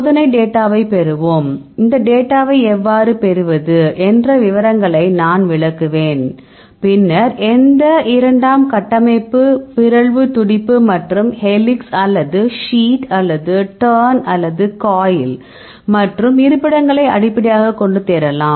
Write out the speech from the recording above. சோதனைத் டேட்டாவை பெறுவோம் இந்த டேட்டாவை எவ்வாறு பெறுவது என்ற விவரங்களை நான் விளக்குவேன் பின்னர் எந்த இரண்டாம் கட்டமைப்பையும் பிறழ்வு துடிப்பு மற்றும் ஹெலிக்ஸ் அல்லது சீட் அல்லது டர்ன் அல்லது காயில் மற்றும் இருப்பிடங்களை அடிப்படையாகக் கொண்டு தேடலாம்